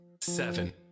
seven